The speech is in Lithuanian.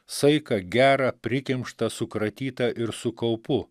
saiką gerą prikimštą sukratytą ir su kaupu